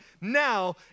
now